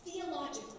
theologically